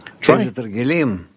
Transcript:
Try